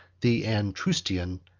the antrustion,